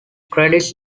credits